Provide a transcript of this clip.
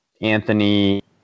Anthony –